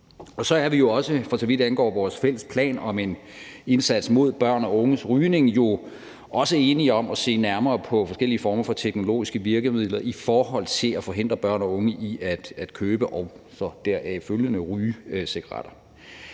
Og så er vi jo også, for så vidt angår vores fælles plan om en indsats mod børn og unges rygning, enige om at se nærmere på forskellige former for teknologiske virkemidler i forhold til at forhindre børn og unge i at købe og som en følge deraf at ryge cigaretter.